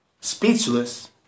speechless